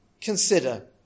consider